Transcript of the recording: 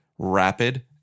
Rapid